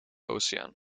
oceaan